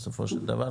בסופו של דבר,